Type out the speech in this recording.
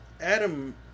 Adam